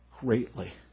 greatly